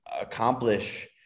accomplish